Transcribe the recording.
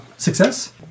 Success